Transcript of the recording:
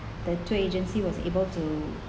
the tour agency was able to